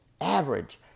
average